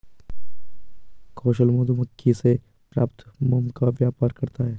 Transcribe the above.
कौशल मधुमक्खी से प्राप्त मोम का व्यापार करता है